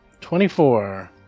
Twenty-four